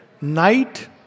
Night